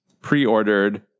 pre-ordered